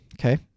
Okay